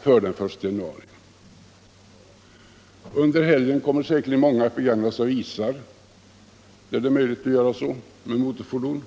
före den 1 januari. Under helgen kommer många säkerligen att fara med motorfordon på is där detta är möjligt.